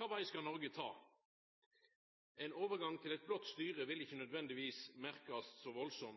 Kva veg skal Noreg ta? Ein overgang til eit blått styre vil ikkje nødvendigvis merkast så